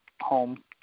home